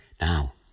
Now